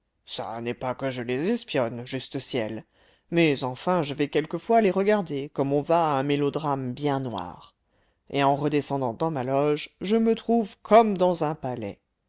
ça n'est pas que je les espionne juste ciel mais enfin je vais quelquefois les regarder comme on va à un mélodrame bien noir et en redescendant dans ma loge je me trouve comme dans un palais